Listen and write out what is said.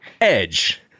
Edge